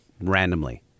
randomly